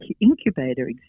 incubator